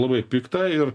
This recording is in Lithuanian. labai pikta ir